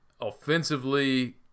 offensively